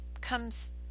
comes